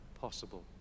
possible